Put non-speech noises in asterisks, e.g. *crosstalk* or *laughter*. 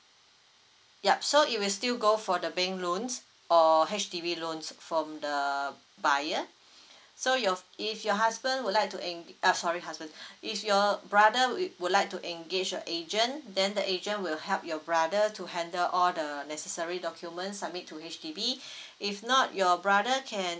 yup so it will still go for the bank loans or H_D_B loans from the buyer so your if your husband would like to en~ uh sorry husband if your brother he would like to engage a agent then the agent will help your brother to handle all the necessary documents submit to H_D_B *breath* if not your brother can